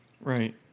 Right